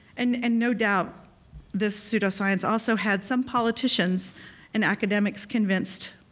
and and no doubt the pseudo-science also had some politicians and academics convinced,